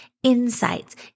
insights